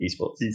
Esports